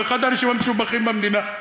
הוא אחד האנשים המשובחים במדינה,